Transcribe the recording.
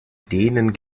denen